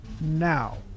now